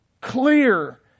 clear